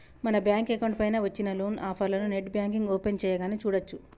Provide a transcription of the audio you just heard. మన bank account పైన వచ్చిన లోన్ ఆఫర్లను నెట్ బ్యాంకింగ్ ఓపెన్ చేయగానే చూడచ్చు